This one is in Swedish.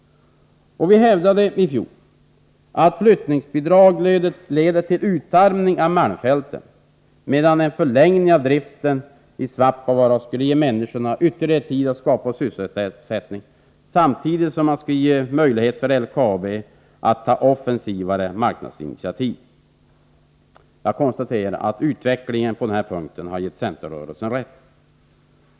Vi hävdade i fjol att flyttningsbidrag leder till utarmning av malmfälten, medan en förlängning av driften i Svappavaara skulle ge människorna ytterligare tid att skapa sysselsättning, samtidigt som LKAB skulle ta offensiva marknadsinitiativ. Utvecklingen på denna punkt har givit centern rätt.